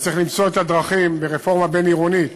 וצריך למצוא את הדרכים לרפורמה בין-עירונית